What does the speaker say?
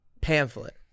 pamphlet